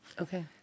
Okay